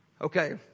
Okay